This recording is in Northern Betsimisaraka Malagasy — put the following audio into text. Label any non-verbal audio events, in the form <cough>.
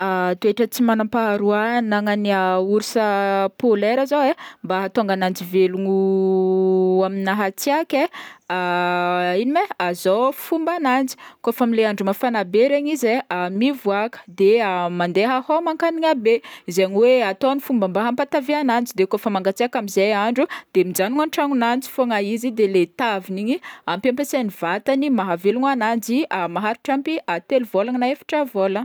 <hesitation> Toetra tsy manam-paharoa agnanan'ny <hesitation> orsa polaire zao e mba ahatonga agnanjy velogno <hesitation> amina hatsiaka e <hesitation> ino ma e <hesitation> zao fomban'anjy kaofa amy le andro mafana be regny izy e <hesitation> mivoaka, de mande homan-kagnina be zegny hoe ataony fomba mba hampatavy agnanjy, de kaofa mangatsiaka be amzay andro de mijanogna antragnon'anjy fogna izy de le taviny igny ampy ampiasain'ny vantany mahavelogny agnanjy <hesitation> maharitra ampy telo vôla na efatra vôla.